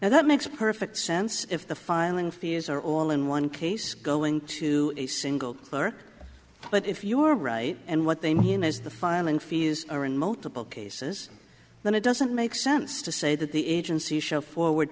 and that makes perfect sense if the filing fees are all in one case go into a single clear but if you are right and what they mean is the filing fees are in multiple cases then it doesn't make sense to say that the agency show forward